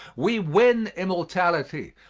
we win immortality,